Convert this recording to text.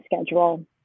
schedule